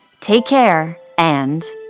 take care and,